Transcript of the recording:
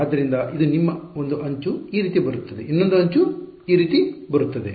ಆದ್ದರಿಂದ ಇದು ನಿಮ್ಮ ಒಂದು ಅಂಚು ಈ ರೀತಿ ಬರುತ್ತದೆ ಇನ್ನೊಂದು ಅಂಚು ಈ ರೀತಿ ಬರುತ್ತದೆ